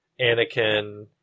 Anakin